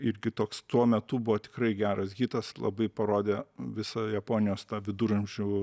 irgi toks tuo metu buvo tikrai geras hitas labai parodė visą japonijos tą viduramžių